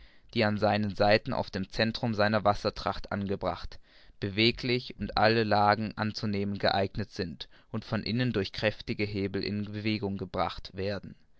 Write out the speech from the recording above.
die an seinen seiten auf dem centrum seiner wassertracht angebracht beweglich und alle lagen anzunehmen geeignet sind und von innen durch kräftige hebel in bewegung gebracht werden